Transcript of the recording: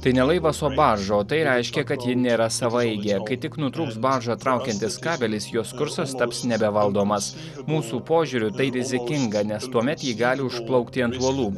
tai ne laivas o barža o tai reiškia kad ji nėra savaeigė kai tik nutrūks baržą traukiantis kabelis jos kursas taps nebevaldomas mūsų požiūriu tai rizikinga nes tuomet ji gali užplaukti ant uolų